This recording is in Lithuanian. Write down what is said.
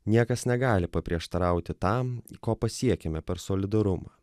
niekas negali paprieštarauti tam ko pasiekėme per solidarumą